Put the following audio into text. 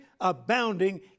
abounding